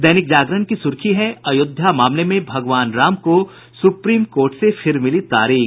दैनिक जागरण की सुर्खी है अयोध्या मामले में भगवान राम को सुप्रीम कोर्ट से फिर मिली तारीख